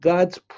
God's